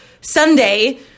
Sunday